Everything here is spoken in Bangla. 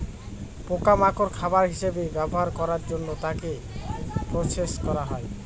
পোকা মাকড় খাবার হিসেবে ব্যবহার করার জন্য তাকে প্রসেস করা হয়